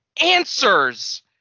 Answers